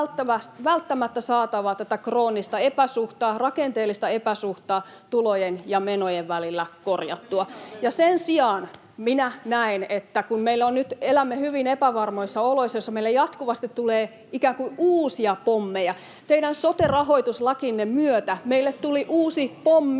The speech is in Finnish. välttämättä saatava tätä kroonista epäsuhtaa, rakenteellista epäsuhtaa, tulojen ja menojen välillä korjattua. [Antti Kurvinen: Te otatte lisää velkaa!] Sen sijaan minä näen, että kun me nyt elämme hyvin epävarmoissa oloissa, joissa meille jatkuvasti tulee ikään kuin uusia pommeja — teidän sote-rahoituslakinne myötä meille tuli uusi pommi